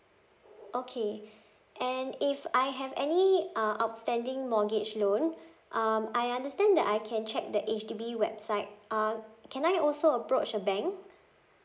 okay and if I have any uh outstanding mortgage loan um I understand that I can check the H_D_B website uh can I also approach a bank